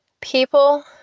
People